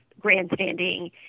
grandstanding